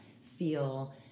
feel